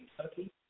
Kentucky